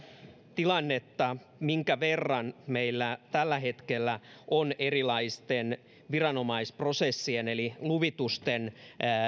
tilannetta minkä verran meillä tällä hetkellä on erilaisten viranomaisprosessien eli luvitusten